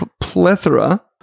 plethora